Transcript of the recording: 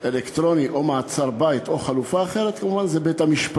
אלקטרוני או מעצר-בית או חלופה אחרת זה כמובן בית-המשפט,